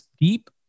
deep